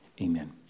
Amen